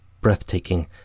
breathtaking